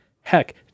Heck